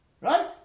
right